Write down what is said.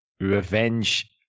revenge